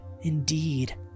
Indeed